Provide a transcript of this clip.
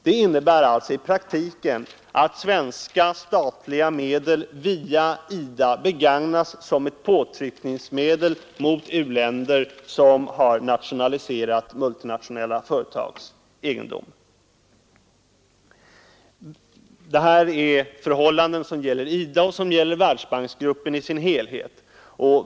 Det innebär alltså i praktiken att svenska statliga medel via IDA begagnas som ett påtryckningsmedel mot u-länder som har nationaliserat multinationella företags egendom. Det här är förhållanden som gäller IDA och Världsbanksgruppen i dess helhet.